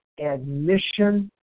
Admission